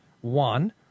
One